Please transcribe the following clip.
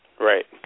Right